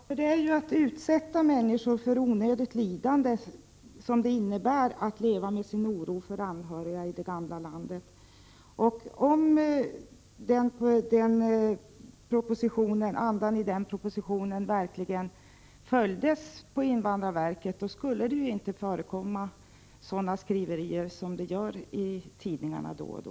Herr talman! Det innebär att utsätta personer för onödigt lidande att de får leva med oro för anhöriga i det gamla landet. Om andan i propositionen verkligen följdes av invandrarverket skulle det inte förekomma sådana skriverier som man kan finna i tidningarna då och då.